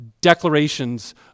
declarations